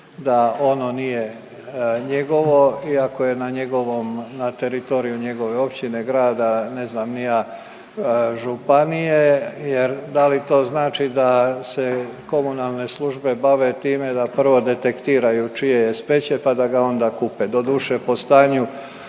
da ono nije njegovo iako je na njegovom, na teritoriju njegove općine, grada, ne znam ni ja županije. Jer da li to znači da se komunalne službe bave time da prvo detektiraju čije je smeće pa da ga onda kupe. Doduše po stanju